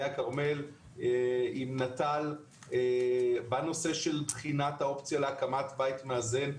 הכרמל עם נט"ל בנושא של בחינת האופציה להקמת בית מאזן.